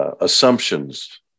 Assumptions